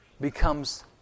becomes